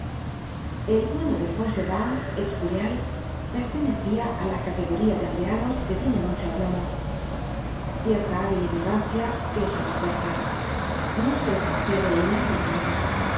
el bueno de fauchelevent ex curial pertenecia á la categoría de los aldeanos que tienen mucho aplomo cierta hábil ignorancia es una fuerza no se desconfia de ella y engaña